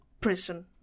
Prison